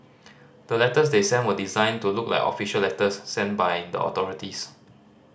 the letters they sent were designed to look like official letters sent by the authorities